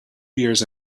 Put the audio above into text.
years